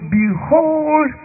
behold